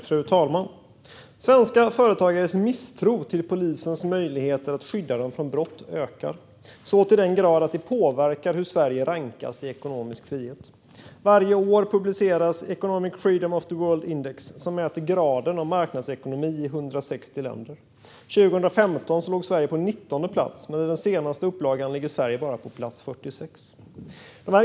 Fru talman! Svenska företagares misstro mot polisens möjligheter att skydda dem från brott ökar, så till den grad att det påverkar hur Sverige rankas i ekonomisk frihet. Varje år publiceras Economic Freedom of the World Index, som mäter graden av marknadsekonomi i 160 länder. År 2015 låg Sverige på 19:e plats, men i den senaste upplagan ligger Sverige på plats 46.